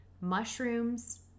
mushrooms